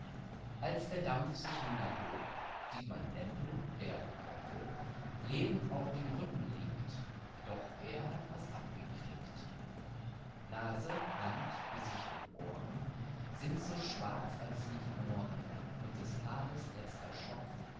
als der dampf sich nun erhob sieht man lämpel der gottlob lebend auf dem rücken liegt doch er hat was abgekriegt illustration schwarz wie ein mohr nase hand gesicht und ohren sind so schwarz als wie die mohren und des haares letzter schopf